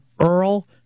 Earl